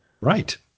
Right